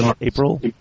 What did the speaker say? April